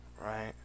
right